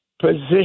position